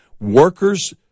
Workers